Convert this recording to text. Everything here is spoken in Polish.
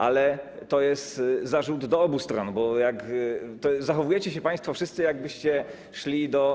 Ale to jest zarzut do obu stron, bo zachowujecie się państwo wszyscy, jak byście szli do.